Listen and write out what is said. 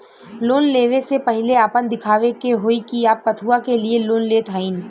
Loan ले वे से पहिले आपन दिखावे के होई कि आप कथुआ के लिए लोन लेत हईन?